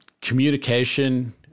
communication